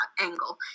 angle